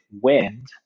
wind